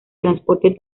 transporte